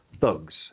Thugs